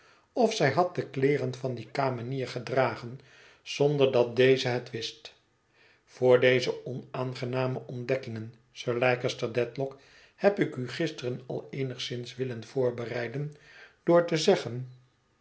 of zij had de kleeren van die kamenier gedragen zonder dat deze het wist voor deze onaangename ontdekkingen sir leicester dedlock heb ik u gisteren al eenigszins willen voorbereiden door te zeggen